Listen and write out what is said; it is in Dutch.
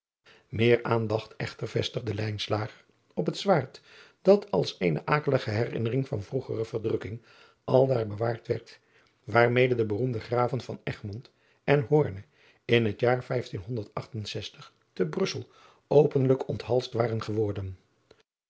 eer aandacht echter vestigde op het zwaard dat als eene akelige herinnering van vroegere verdrukking aldaar bewaard werd waarmede de beroemde raven en in het jaar te russel openlijk onthalsd waren geworden